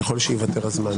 ככל שייוותר זמן,